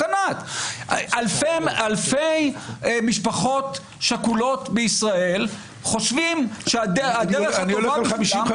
ענת אלפי משפחות שכולות בישראל חושבות שהדרך --- אני הולך על 50%,